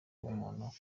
umuntu